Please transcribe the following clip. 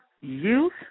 youth